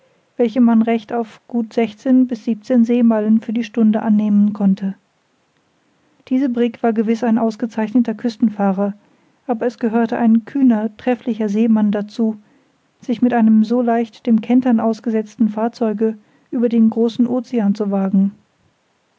welche man recht gut auf sechzehn bis siebzehn seemeilen für die stunde annehmen konnte diese brigg war gewiß ein ausgezeichneter küstenfahrer aber es gehörte ein kühner trefflicher seemann dazu sich mit einem so leicht dem kentern ausgesetzten fahrzeuge über den großen ocean zu wagen